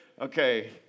Okay